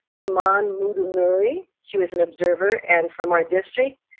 suman mudunuri, she was an observer. and from our district,